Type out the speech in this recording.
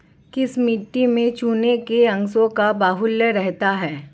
किस मिट्टी में चूने के अंशों का बाहुल्य रहता है?